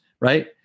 Right